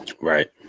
Right